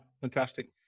Fantastic